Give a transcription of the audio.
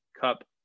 Cup